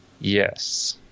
Yes